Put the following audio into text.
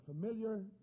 familiar